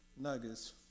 nuggets